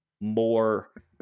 More